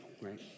right